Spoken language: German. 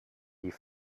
die